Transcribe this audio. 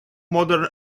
modern